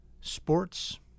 sports